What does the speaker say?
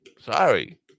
Sorry